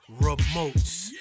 remotes